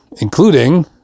including